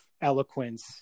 eloquence